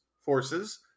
forces